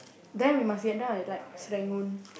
then we must get down at like Serangoon